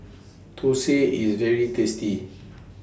Thosai IS very tasty